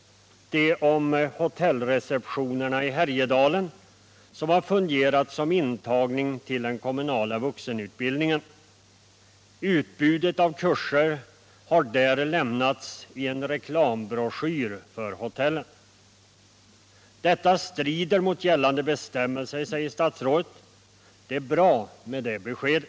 —- det om hotellreceptionerna i Härjedalen, som fungerat som intagning till kommunala vuxenutbildningen. Utbudet av kurser har där lämnats i en reklambroschyr för hotellen. Detta strider mot gällande bestämmelser, säger statsrådet. Det beskedet är bra.